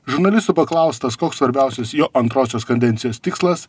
žurnalistų paklaustas koks svarbiausias jo antrosios kadencijos tikslas